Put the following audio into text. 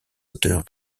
auteurs